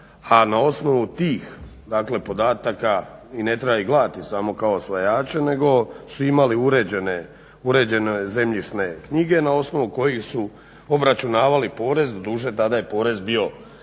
a na osnovu tih podataka i ne treba ih gledati samo kao osvajače nego su imali uređene zemljišne knjige na osnovu kojih su obračunavali porez doduše tada je porez bio